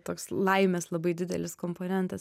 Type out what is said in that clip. toks laimės labai didelis komponentas